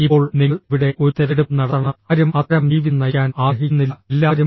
ഇപ്പോൾ നിങ്ങൾ ഇവിടെ ഒരു തിരഞ്ഞെടുപ്പ് നടത്തണം ആരും അത്തരം ജീവിതം നയിക്കാൻ ആഗ്രഹിക്കുന്നില്ല എല്ലാവരും